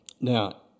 Now